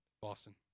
Boston